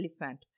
elephant